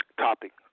topic